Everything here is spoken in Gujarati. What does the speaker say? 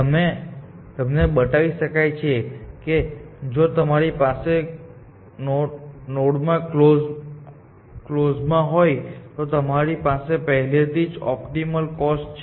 તમને બતાવી શકાય છે કે જો તમારી પાસે નોડ કલોઝ માં હોય તો તમારી પાસે પહેલેથી જ ઓપ્ટિમલ કોસ્ટ છે